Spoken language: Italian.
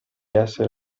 essere